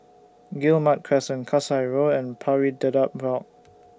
Guillemard Crescent Kasai Road and Pari Dedap Walk